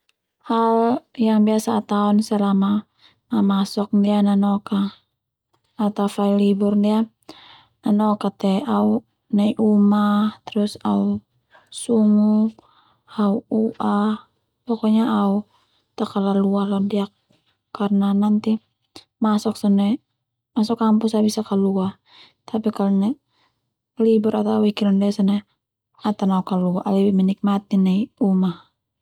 Hal yang biasa au taon selama mamasok ndia nanoka atau fai libur ndia nonoka te au nai uma terus au sungu au u'a, pokoknya au ta kalalua londiak karna nanti masok kampus sone au bisa kalua tapi kalo libur atau Wiken londiak sone au ta kalua au lebih menikmati nai uma.